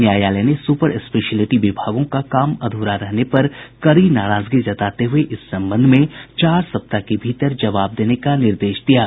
न्यायालय ने super speciality विभागों का काम अधूरा रहने पर कड़ी नाराजगी जताते हुए इस संबंध में चार सप्ताह के भीतर जवाब देने का निर्देश दिया है